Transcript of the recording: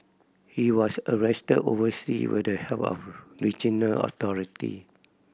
he was arrested oversea with the help of regional authority